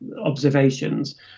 observations